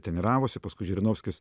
treniravosi paskui žirinovskis